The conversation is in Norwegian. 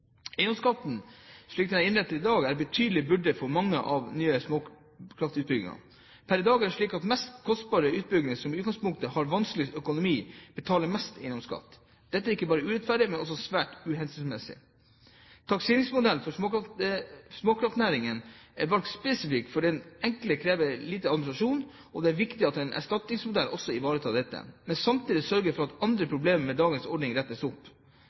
Eiendomsskatten slik den er innrettet i dag, er en betydelig byrde for mange nye småkraftutbygginger. Per i dag er det slik at de mest kostbare utbyggingene, som i utgangspunktet har vanskeligst økonomi, betaler mest eiendomsskatt. Dette er ikke bare urettferdig, men også svært uhensiktsmessig. Takseringsmodellen for småkraftnæringen er valgt spesifikt fordi den er enkel og krever lite administrasjon. Det er viktig at en erstatningsmodell også ivaretar dette, men samtidig sørger for at andre problemer med dagens ordning rettes opp.